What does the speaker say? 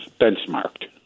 benchmarked